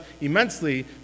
immensely